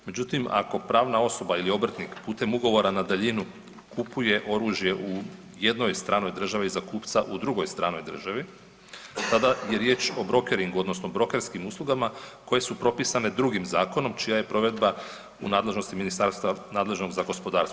Međutim, ako pravna osoba ili obrtnik putem ugovora na daljinu kupuje oružje u jednoj stranoj državi za kupca u drugoj stranoj državi, tada je riječ o brokeringu odnosno brokerskim uslugama koje su propisane drugim zakonom čija je provedba u nadležnosti ministarstva nadležnog za gospodarstvo.